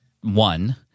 one